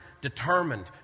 determined